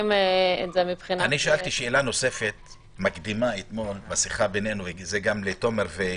שאלתי שאלה מקדימה אתמול בשיחה בינינו את יכולה לומר: